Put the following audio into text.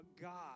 God